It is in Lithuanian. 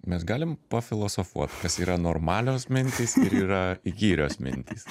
mes galim pafilosofuot kas yra normalios mintys ir yra įkyrios mintys